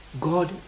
God